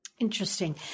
Interesting